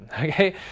Okay